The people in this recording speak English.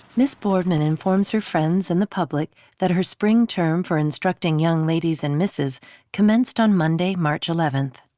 miss boardman informs her friends and the public that her spring term for instructing young ladies and misses commenced on monday, march eleventh.